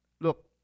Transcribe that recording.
Look